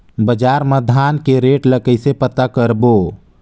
बजार मा धान के रेट ला कइसे पता करबो?